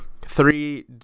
three